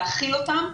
להאכיל אותם,